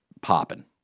popping